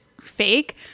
fake